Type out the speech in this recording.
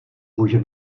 může